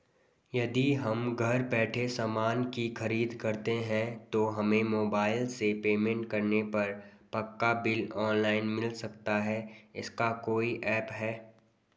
यदि हम घर बैठे सामान की खरीद करते हैं तो हमें मोबाइल से पेमेंट करने पर पक्का बिल ऑनलाइन मिल सकता है इसका कोई ऐप है